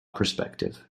perspective